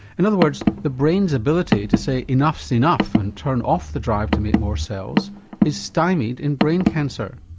in other words the brain's ability to say enough's enough and turn off the drive to make more cells is stymied in brain cancer.